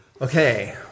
Okay